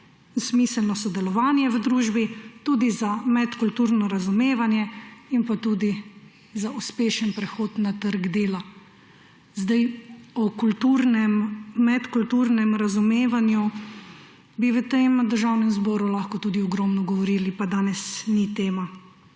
smiselno sodelovanje v družbi, tudi za medkulturno razumevanje in za uspešen prehod na trg dela. O kulturnem, medkulturnem razumevanju bi v Državnem zboru lahko tudi ogromno govorili, pa danes to ni tema,